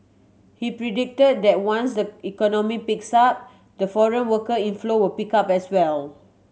he predicted that once the economy picks up the foreign worker inflow would pick up as well